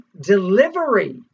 delivery